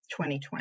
2020